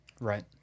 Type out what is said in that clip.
Right